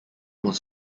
was